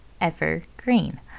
evergreen